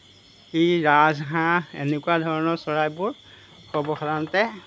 এই ৰাজহাঁহ এনেকুৱা ধৰণৰ চৰাইবোৰ সৰ্বসাধাৰণতে